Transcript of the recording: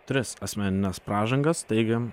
tris asmenines pražangas taigi